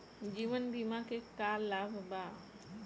जीवन बीमा के का लाभ बा?